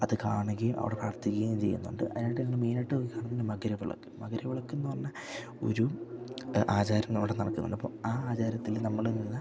അത് കാണുകയും അവിടെ പ്രാർത്ഥിക്കുകയും ചെയ്യുന്നുണ്ട് അതിനായിട്ട് ഞങ്ങൾ മെയിനായിട്ട് കാണുന്ന മകരവിളക്ക് മകരവിളക്കെന്നു പറഞ്ഞാൽ ഒരു ആചാരം അവിടെ നടക്കുന്നുണ്ടപ്പം ആ ആചാരത്തിൽ നമ്മൾ ഇത്